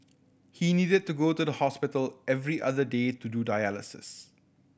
he needed to go to the hospital every other day to do dialysis